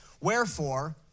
Wherefore